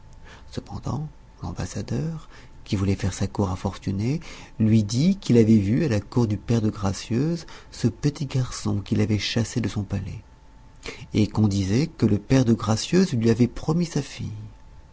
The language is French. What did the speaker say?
cependant l'ambassadeur qui voulait faire sa cour à fortuné lui dit qu'il avait vu à la cour du père de gracieuse ce petit garçon qu'il avait chassé de son palais et qu on disait que le père de gracieuse lui avait promis sa fille